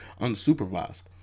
unsupervised